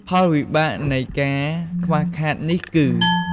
ផលវិបាកនៃការខ្វះខាតនេះគឺ៖